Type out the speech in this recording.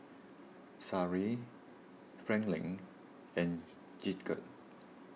Sariah Franklyn and Gidget